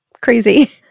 crazy